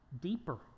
deeper